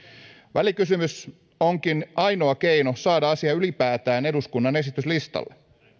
välikysymys onkin ainoa keino saada asia ylipäätään eduskunnan esityslistalle